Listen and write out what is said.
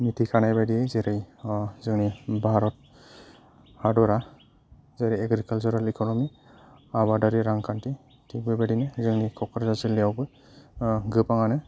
मिथिखानाय बायदि जेरै जोंनि भारत हादरा जेरै एग्रिकाल्चारेल इकन'मि आबादारि रांखान्थि थिग बेबायदिनो जोंनि क'क्राझार जिल्लायावबो गोबाङानो